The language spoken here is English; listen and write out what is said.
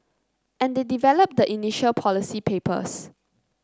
and they develop the initial policy papers